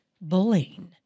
bullying